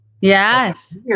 Yes